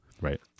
right